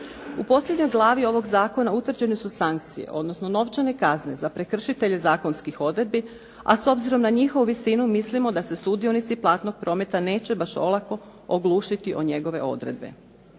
U posljednjoj glavi ovog zakona utvrđene su sankcije, odnosno novčane kazne za prekršitelje zakonskih odredbi, a s obzirom na njihovu visinu mislimo da se sudionici platnog prometa neće baš olako oglušiti u njegove odredbe.